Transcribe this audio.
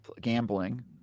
gambling